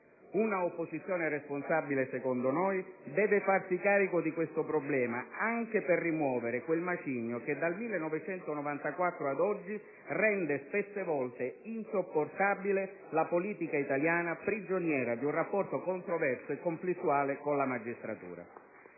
Un'opposizione responsabile - secondo noi - deve farsi carico di questo problema, anche per rimuovere quel macigno che, dal 1994 ad oggi, rende spesse volte insopportabile la politica italiana, prigioniera di un rapporto *(Applausi dal Gruppo* *PdL)* controverso e conflittuale con la magistratura,